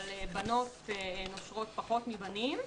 אבל בנות נושרות פחות מבנים.